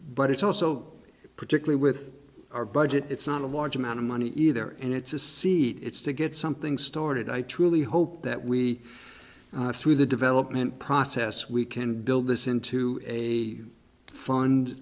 but it's also particularly with our budget it's not a large amount of money either and it's a seat it's to get something started i truly hope that we through the development process we can build this into a fund